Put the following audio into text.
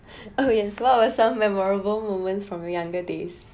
oh yes what was some memorable moments from your younger days